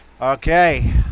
Okay